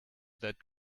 that